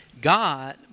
God